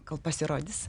kol pasirodys